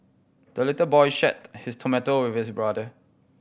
the little boy shared his tomato with brother